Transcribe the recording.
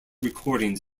recordings